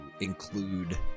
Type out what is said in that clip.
Include